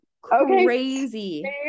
crazy